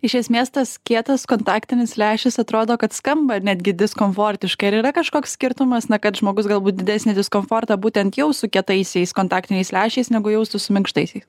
iš esmės tas kietas kontaktinis lęšis atrodo kad skamba netgi diskomfortiškai ar yra kažkoks skirtumas na kad žmogus galbūt didesnį diskomfortą būtent jaus su kietaisiais kontaktiniais lęšiais negu jaustų su minkštaisiais